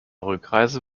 rückreise